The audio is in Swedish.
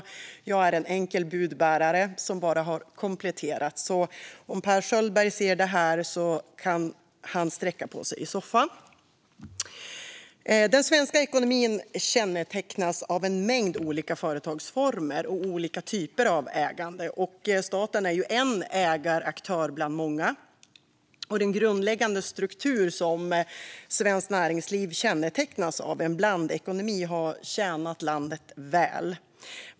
Jag är en enkel budbärare som bara har kompletterat. Om Per Schöldberg ser denna debatt kan han sträcka på sig i soffan. Den svenska ekonomin kännetecknas av en mängd olika företagsformer och olika typer av ägande. Staten är en ägaraktör bland många. Den grundläggande struktur som svenskt näringsliv kännetecknas av, en blandekonomi, har tjänat landet väl.